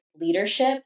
leadership